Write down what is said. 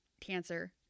cancer